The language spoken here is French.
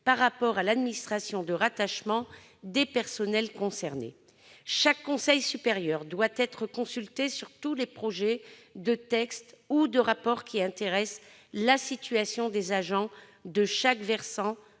consultation de l'administration de rattachement des personnels concernés. Chaque conseil supérieur doit être consulté sur tous les projets de texte ou de rapport intéressant la situation des agents de chaque versant